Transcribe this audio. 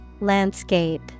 Landscape